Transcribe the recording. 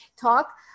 Talk